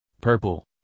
Purple